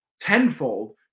tenfold